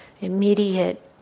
immediate